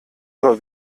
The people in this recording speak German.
nur